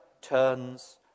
turns